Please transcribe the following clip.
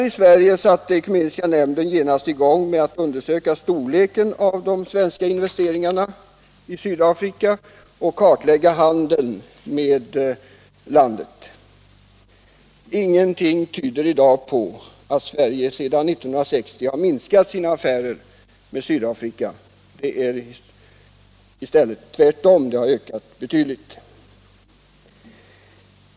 I Sverige satte Ekumeniska nämnden genast i gång med att undersöka storleken av de svenska investeringarna i Sydafrika och kartlägga handeln med detta land. Ingenting tyder på att Sverige sedan 1960 har minskat sina affärer med Sydafrika. Tvärtom — affärerna har ökat betydligt.